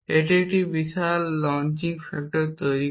এটি একটি বিশাল লঞ্চিং ফ্যাক্টর তৈরি করে